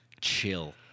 chill